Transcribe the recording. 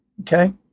Okay